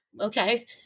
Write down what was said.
Okay